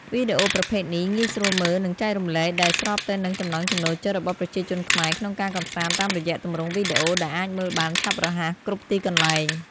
វីដេអូប្រភេទនេះងាយស្រួលមើល និងចែករំលែក ដែលស្របទៅនឹងចំណង់ចំណូលចិត្តរបស់ប្រជាជនខ្មែរក្នុងការកម្សាន្តតាមរយៈទម្រង់វីដេអូដែលអាចមើលបានឆាប់រហ័សគ្រប់ទីកន្លែង។